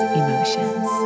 emotions